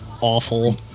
awful